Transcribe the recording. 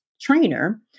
trainer